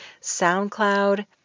SoundCloud